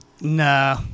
No